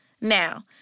Now